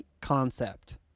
concept